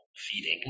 feeding